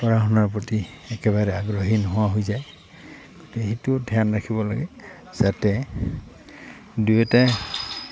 পঢ়া শুনাৰ প্ৰতি একেবাৰে আগ্ৰহী নোহোৱা হৈ যায় গতিকে সেইটো ধ্যান ৰাখিব লাগে যাতে দুই এটা